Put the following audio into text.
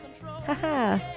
haha